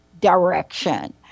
direction